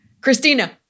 Christina